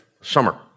summer